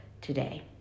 today